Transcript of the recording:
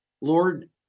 Lord